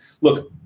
Look